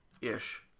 ish